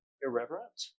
irreverent